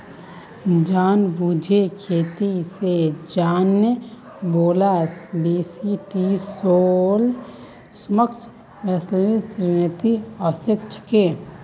जानेबुझे खेती स जाने बाला बेसी टी शैवाल सूक्ष्म शैवालेर श्रेणीत ओसेक छेक